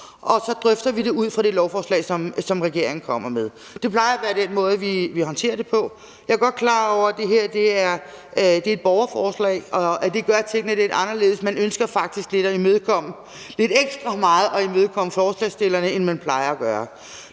og så drøfter vi det ud fra det lovforslag, som regeringen kommer med. Det plejer at være den måde, vi håndterer det på. Jeg er godt klar over, at det her er et borgerforslag, og at det gør tingene lidt anderledes. Man ønsker faktisk lidt ekstra meget at imødekomme forslagsstillerne i forhold til, hvad man plejer at gøre.